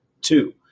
Two